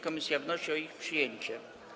Komisja wnosi o ich przyjęcie.